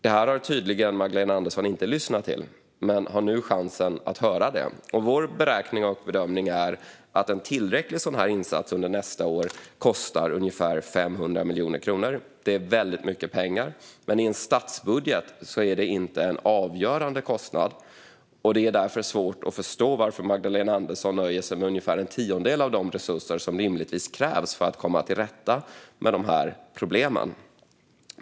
Det här har Magdalena Andersson tydligen inte lyssnat till, men hon har nu chansen att höra det. Vår beräkning och bedömning är att en tillräcklig sådan här insats under nästa år kostar ungefär 500 miljoner kronor. Det är väldigt mycket pengar, men i en statsbudget är det inte en avgörande kostnad. Det är därför svårt att förstå varför Magdalena Andersson nöjer sig med ungefär en tiondel av de resurser som rimligtvis krävs för att komma till rätta med problemen.